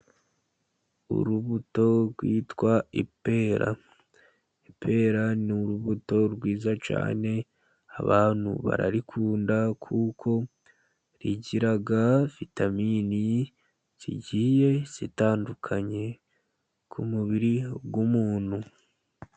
Urubuto rwitwa ipera "ipera " ni urubuto rwiza cyane. Abantu bararikunda kuko rigira vitamini zigiye zitandukanye ku mubiri w' umuntu.